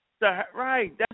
Right